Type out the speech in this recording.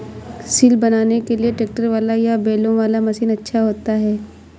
सिल बनाने के लिए ट्रैक्टर वाला या बैलों वाला मशीन अच्छा होता है?